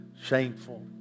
shameful